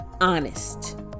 honest